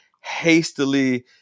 hastily